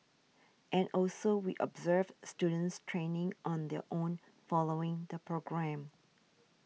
and also we observe students training on their own following the programme